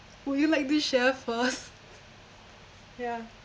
would you like to share first ya